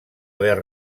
haver